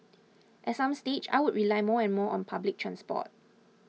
at some stage I will rely more and more on public transport